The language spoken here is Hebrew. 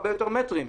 הרבה יותר מטרים.